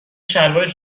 شلوارش